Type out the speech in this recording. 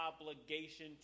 obligation